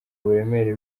uburemere